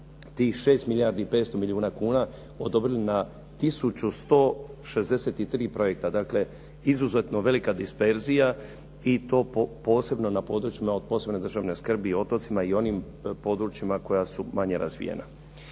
tih 6 milijardi 500 milijuna kuna odobrili na 1163 projekta, dakle izuzetno velika disperzija i to posebno na područjima od posebne državne skrbi, otocima i onim područjima koja su manje razvijena.